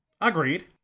Agreed